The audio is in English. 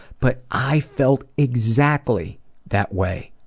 but i felt exactly that way.